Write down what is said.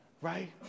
right